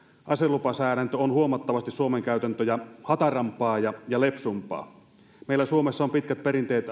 aselupasäädäntö on huomattavasti suomen käytäntöjä hatarampaa ja lepsumpaa meillä suomessa on pitkät perinteet